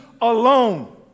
alone